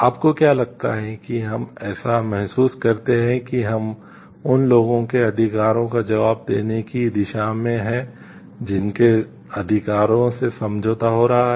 आपको क्या लगता है कि हम ऐसा महसूस करते हैं कि हम उन लोगों के अधिकारों का जवाब देने की दिशा में हैं जिनके अधिकारों से समझौता हो रहा है